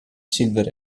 silver